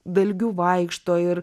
dalgiu vaikšto ir